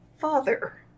father